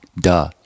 Duh